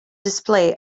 display